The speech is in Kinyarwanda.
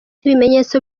ibimenyetso